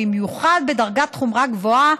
במיוחד בדרגת חומרה גבוהה,